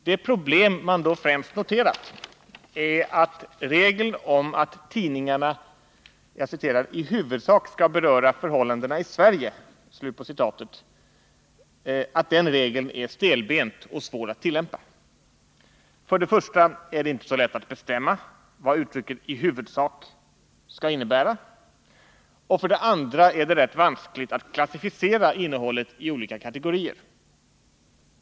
Det problem man då främst noterat är att regeln om att tidningarna ”i huvudsak skall beröra förhållandena i Sverige” är stelbent och svår att tillämpa. För det första är det inte så lätt att bestämma vad uttrycket ”i huvudsak” skall innebära, och för det andra är det rätt vanskligt att klassificera innehållet i olika kategorier.